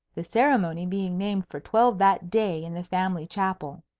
the ceremony being named for twelve that day in the family chapel.